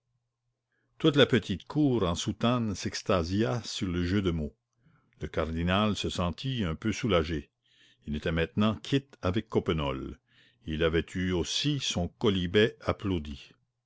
toute la petite cour en soutane s'extasia sur le jeu de mots le cardinal se sentit un peu soulagé il était maintenant quitte avec coppenole il avait eu aussi son quolibet applaudi